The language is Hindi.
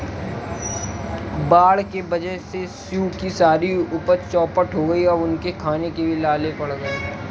बाढ़ के वजह से शिव की सारी उपज चौपट हो गई और अब उनके खाने के भी लाले पड़ गए हैं